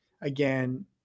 again